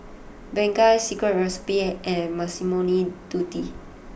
Bengay Secret Recipe and Massimo Dutti